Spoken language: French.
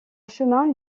chemin